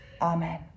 Amen